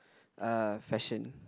uh fashion